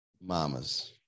mamas